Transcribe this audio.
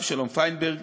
אבשלום פיינברג,